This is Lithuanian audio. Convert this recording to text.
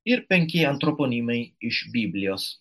ir penki antroponimai iš biblijos